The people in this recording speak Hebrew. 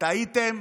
טעיתם,